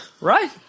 right